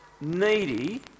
needy